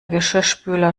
geschirrspüler